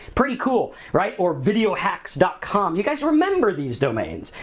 pretty cool. right, or videohacks com, you guys remember these domains.